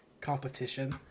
competition